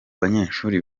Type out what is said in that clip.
banyeshuri